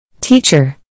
Teacher